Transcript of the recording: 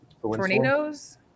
Tornadoes